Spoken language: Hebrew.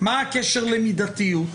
מה הקשר למידתיות?